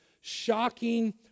shocking